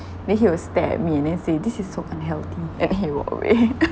then he will stare at me and then say this is so unhealthy and then he walk away